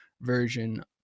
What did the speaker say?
version